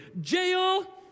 jail